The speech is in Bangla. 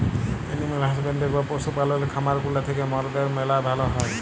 এনিম্যাল হাসব্যাল্ডরি বা পশু পাললের খামার গুলা থ্যাকে মরদের ম্যালা ভাল হ্যয়